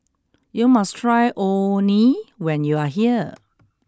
you must try Orh Nee when you are here